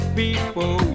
people